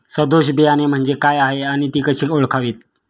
सदोष बियाणे म्हणजे काय आणि ती कशी ओळखावीत?